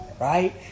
Right